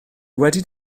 wedi